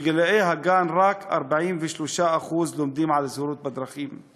בגיל הגן רק 43% לומדים על זהירות בדרכים,